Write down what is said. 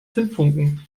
zündfunken